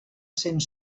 cent